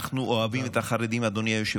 תודה רבה.